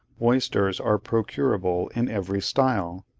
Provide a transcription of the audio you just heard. oysters are procurable in every style.